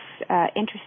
interesting